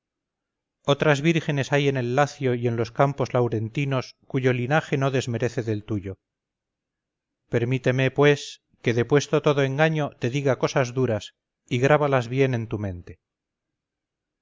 otras vírgenes hay en el lacio y en los campos laurentinos cuyo linaje no desmerece del tuyo permíteme pues que depuesto todo engaño te diga cosas duras y grábalas bien en tu mente